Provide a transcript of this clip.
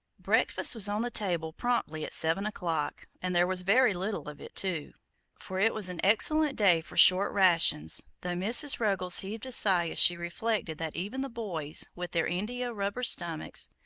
breakfast was on the table promptly at seven o'clock, and there was very little of it, too for it was an excellent day for short rations, though mrs. ruggles heaved a sigh as she reflected that even the boys, with their india-rubber stomachs,